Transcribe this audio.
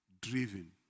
Driven